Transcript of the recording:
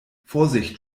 vorsicht